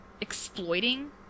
exploiting